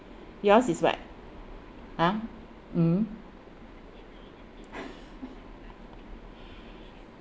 yours is what !huh! hmm